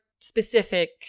specific